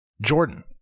Jordan